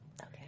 Okay